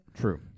True